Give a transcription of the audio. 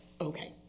okay